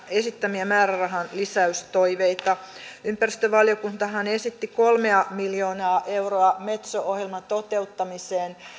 esittämiä määrärahanlisäystoiveita ympäristövaliokuntahan esitti kolmea miljoonaa euroa metso ohjelman toteuttamiseen